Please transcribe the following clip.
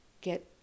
get